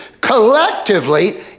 collectively